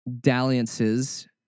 dalliances